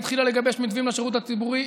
והתחילה לגבש מתווים לשירות הציבורי,